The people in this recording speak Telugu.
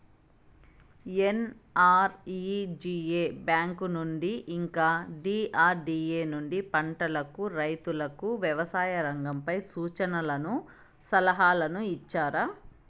ఎన్.ఆర్.ఇ.జి.ఎ బ్యాంకు నుండి ఇంకా డి.ఆర్.డి.ఎ నుండి పంటలకు రైతుకు వ్యవసాయ రంగంపై సూచనలను సలహాలు ఇచ్చారా